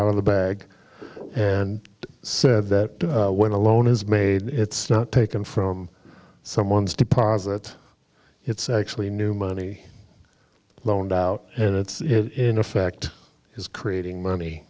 out of the bag and said that when a loan is made it's not taken from someone's deposit it's actually new money loaned out and it's in effect is creating money